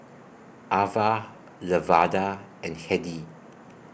Avah Lavada and Hedy